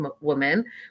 woman